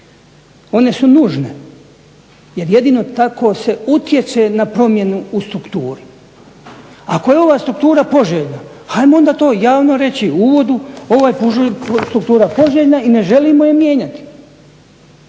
one su nužne jer jedino tako se utječe na promjenu u strukturi. Ako je ova struktura poželjna hajmo onda to javno reći u uvodu ova je strukturna poželjna i ne želimo je mijenjati.